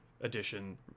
edition